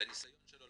לניסיון שלו,